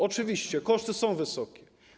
Oczywiście, koszty są wysokie.